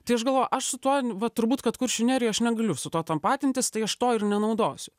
tai aš galvoju aš su tuo n vat turbūt kad kuršių nerijoj aš negaliu su tuo tanpatintis tai aš to ir nenaudosiu